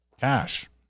cash